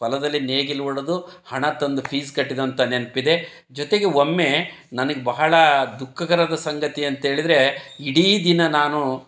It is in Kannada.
ಹೊಲದಲ್ಲಿ ನೇಗಿಲು ಊಳೋದು ಹಣ ತಂದು ಫೀಸ್ ಕಟ್ಟಿದಂಥ ನೆನಪಿದೆ ಜೊತೆಗೆ ಒಮ್ಮೆ ನನಗೆ ಬಹಳ ದುಃಖಕರದ ಸಂಗತಿ ಅಂತೇಳಿದರೆ ಇಡೀ ದಿನ ನಾನು